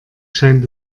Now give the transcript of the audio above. scheint